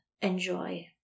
enjoy